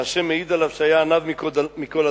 שה' מעיד עליו שהיה עניו מכל אדם,